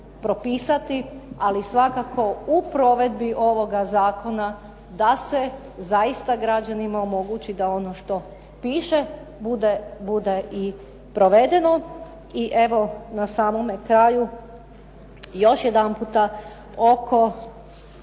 ali svakako u provedbi ovoga zakona da se zaista građanima omogući da ono što piše bude i provedeno. I evo na samome kraju još jedanputa oko